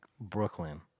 Brooklyn